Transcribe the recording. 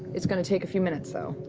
it's going to take a few minutes, though.